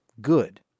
Good